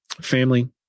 family